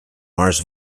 mars